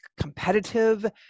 competitive